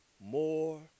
more